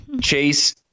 Chase